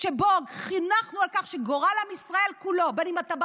שבו חונכנו על כך שגורל ישראל כולו, בין אתה בא